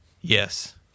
Yes